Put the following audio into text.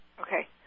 Okay